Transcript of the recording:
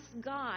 God